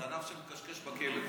זה הזנב שמכשכש בכלב.